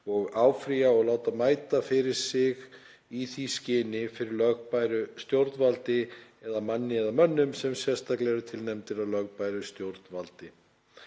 og áfrýja og láta mæta fyrir sig í því skyni fyrir lögbæru stjórnvaldi eða manni eða mönnum, sem sérstaklega eru tilnefndir af lögbæru stjórnvaldi.